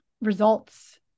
results